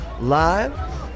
live